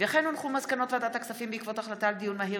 מסקנות ועדת הכספים בעקבות דיון מהיר